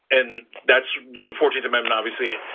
and that's the fourteenth amendment, obviously,